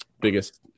biggest